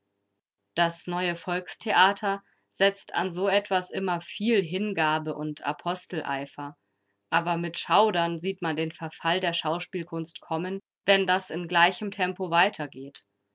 das neue volkstheater setzt an so etwas immer viel hingabe und aposteleifer aber mit schaudern sieht man den verfall der schauspielkunst kommen wenn das in gleichem tempo weitergeht